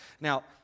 now